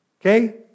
Okay